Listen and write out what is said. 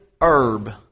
herb